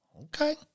Okay